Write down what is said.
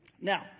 Now